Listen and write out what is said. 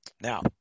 Now